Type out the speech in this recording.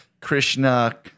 Krishna